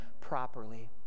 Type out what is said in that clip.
properly